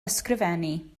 ysgrifennu